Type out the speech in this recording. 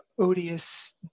odious